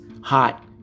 Hot